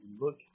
look